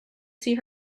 see